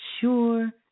sure